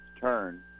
turn